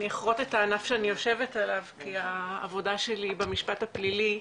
אני אכרות את הענף שאני יושבת עליו כי העבודה שלי היא במשפט הפלילי,